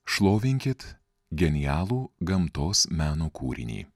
šlovinkit genialų gamtos meno kūrinį